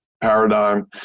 paradigm